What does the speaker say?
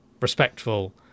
respectful